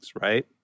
right